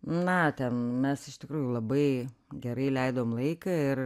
na ten mes iš tikrųjų labai gerai leidom laiką ir